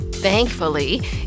Thankfully